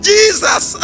Jesus